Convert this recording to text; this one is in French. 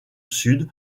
sud